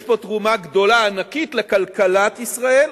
יש פה תרומה גדולה, ענקית, לכלכלת ישראל